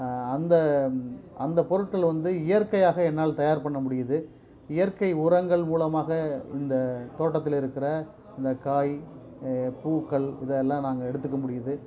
அந்த அந்த பொருட்கள் வந்து இயற்கையாக என்னால் தயார் பண்ண முடியுது இயற்கை உரங்கள் மூலமாக இந்த தோட்டத்தில் இருக்கிற அந்த காய் பூக்கள் இதெல்லாம் நாங்கள் எடுத்துக்க முடியுது